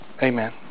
Amen